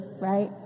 Right